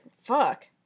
Fuck